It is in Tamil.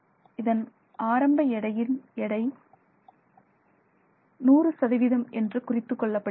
இந்த ஆரம்ப இடையில் எடை 100 என்றுகுறித்துக் கொள்ளப்படுகிறது